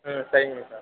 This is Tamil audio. ஆ சரிங்க சார்